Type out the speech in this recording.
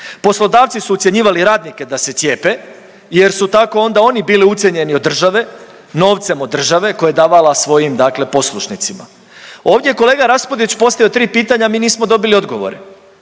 Poslodavci su ucjenjivali radnike da se cijepe jer su tako onda oni bili ucijenjeni od države, novcem od države koje je davala svojim dakle poslušnicima. Ovdje je kolega Raspudić postavio tri pitanja, mi nismo dobili odgovore.